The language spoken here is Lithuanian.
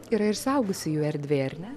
yra ir suaugusiųjų erdvė ar ne